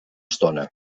estona